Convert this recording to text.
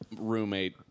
roommate